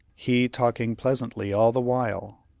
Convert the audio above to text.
he talking pleasantly all the while.